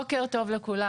בוקר טוב לכולם.